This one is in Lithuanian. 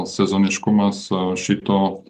sezoniškumas šito